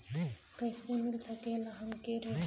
कइसे मिल सकेला हमके ऋण?